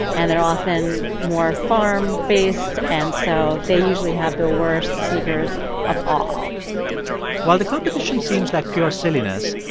and they're often more farm based, and so they usually have the worst sneakers of all while the competition seems like pure silliness,